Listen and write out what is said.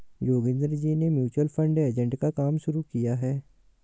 योगेंद्र जी ने mutual fund agent का काम शुरू किया है